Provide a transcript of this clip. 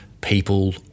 people